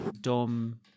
Dom